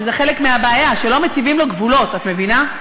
וזה חלק מהבעיה, שלא מציבים לו גבולות, את מבינה?